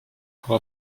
pour